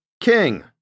King